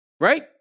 Right